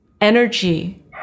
energy